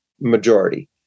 majority